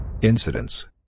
Incidents